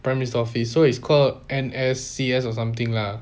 prime minister office so it's called N_S_C_S or something lah